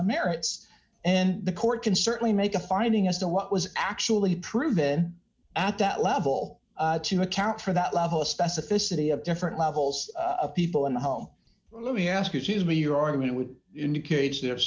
the merits and the court can certainly make a finding as to what was actually proven at that level to account for that level of specificity of different levels of people in the home let me ask you to be your argument would indicate